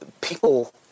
people